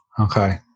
Okay